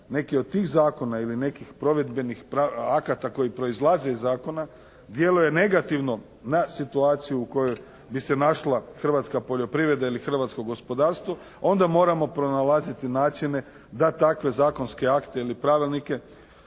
neki od tih zakona ili nekih provedbenih akata koji proizlaze iz zakona, djeluje negativno na situaciju u kojoj bi se našla hrvatska poljoprivreda ili hrvatsko gospodarstvo onda moramo pronalaziti načine da takve zakonske akte ili pravilnike